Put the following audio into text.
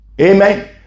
Amen